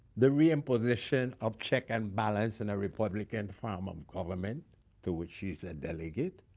the reimposition of check and balance in a republican form of government to which she's a delegate,